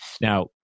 Now